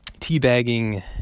teabagging